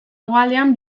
hegoaldean